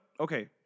Okay